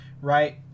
right